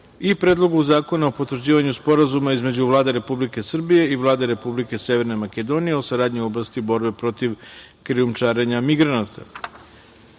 i Predlogu zakona o potvrđivanju Sporazuma između Vlade Republike Srbije i Vlade Republike Severne Makedonije o saradnji u oblasti borbe protiv krijumčarenja migranata;2.